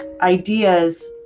ideas